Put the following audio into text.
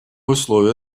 условие